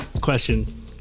question